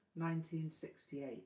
1968